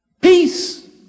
Peace